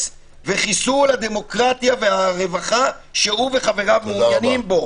וחיסול הדמוקרטיה והרווחה שהוא וחבריו מעוניינים בו.